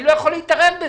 אני לא יכול להתערב בזה.